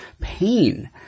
pain